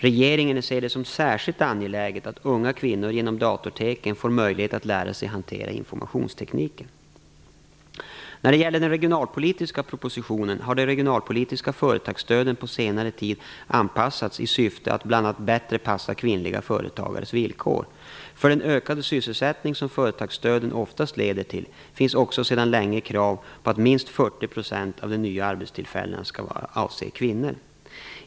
Regeringen ser det som särskilt angeläget att unga kvinnor genom datorteken får möjlighet att lära sig hantera informationsteknik. När det gäller den regionalpolitiska propositionen har de regionalpolitiska företagsstöden på senare tid anpassats i syfte att bl.a. bättre passa kvinnliga företagares villkor. För den ökade sysselsättning som företagsstöden oftast leder till finns också sedan länge krav på att minst 40 % av de nya arbetstillfällena skall avse kvinnor.